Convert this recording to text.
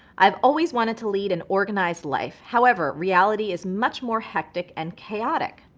i've always wanted to lead an organized life, however, reality is much more hectic and chaotic.